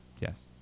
Yes